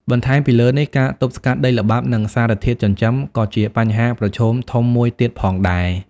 បន្ថែមពីលើនេះ ការទប់ស្កាត់ដីល្បាប់និងសារធាតុចិញ្ចឹម ក៏ជាបញ្ហាប្រឈមធំមួយទៀតផងដែរ។